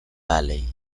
valley